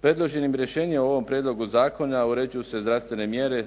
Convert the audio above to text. Predloženim rješenjem u ovom Prijedlogu zakona uređuju se zdravstvene mjere